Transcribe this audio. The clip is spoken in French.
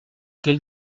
quel